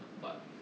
but